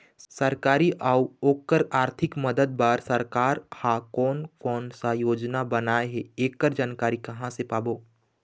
सरकारी अउ ओकर आरथिक मदद बार सरकार हा कोन कौन सा योजना बनाए हे ऐकर जानकारी कहां से पाबो?